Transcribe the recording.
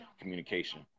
communication